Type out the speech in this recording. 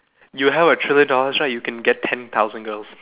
you have a trillion dollars right you can get ten thousand girls